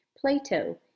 Plato